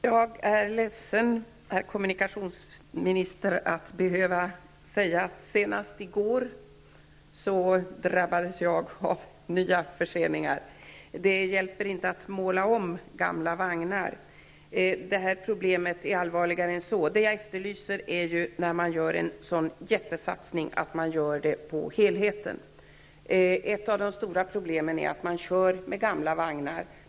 Herr talman! Tack för svaret. Jag är emellertid ledsen, herr kommunikationsminister, att behöva säga att senast i går drabbades jag av nya förseningar. Det hjälper inte att måla om gamla vagnar. Det här problemet är allvarligare än så. Jag efterlyser att man, när man gör en sådan jättesatsning, gör den i sin helhet. Ett av de stora problemen är att man kör med gamla vagnar.